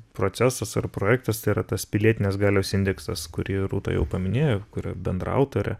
procesas ar projektas tai yra tas pilietinės galios indeksas kurį rūta jau paminėjo kurio bendraautorė